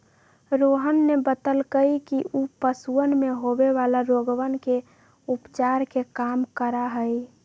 रोहन ने बतल कई कि ऊ पशुवन में होवे वाला रोगवन के उपचार के काम करा हई